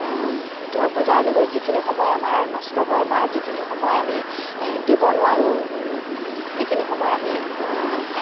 ধৰক বজাৰলৈ গৈ যিখিনি সময় আমাৰ নষ্ট হয় বা যিখিনি সময় আমি দিব নোৱাৰোঁ সেইখিনি সময় আমি